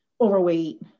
overweight